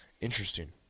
Interesting